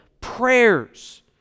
prayers